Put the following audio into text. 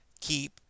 keep